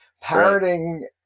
parroting